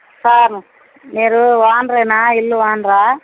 sir మీరు ఓనరేనా ఇల్లు ఓనరా